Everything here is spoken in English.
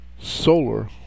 solar